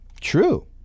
True